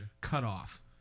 cutoff